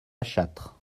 châtre